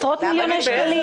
עשרות מיליוני שקלים?